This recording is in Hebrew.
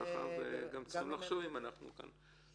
זה לא ככה, וגם צריכים לחשוב אם אנחנו הולכים